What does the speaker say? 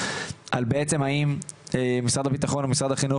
על בעצם האם משרד הביטחון או משרד החינוך,